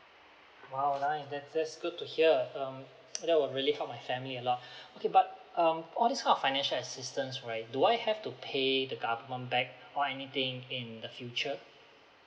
!whoa! that's that's good to hear um that will really help my family a lot okay but um all this kind of financial assistance right do I have to pay the government back or anything in the future